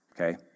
Okay